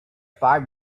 five